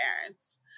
parents